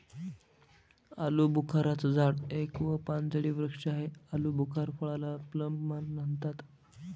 आलूबुखारा चं झाड एक व पानझडी वृक्ष आहे, आलुबुखार फळाला प्लम पण म्हणतात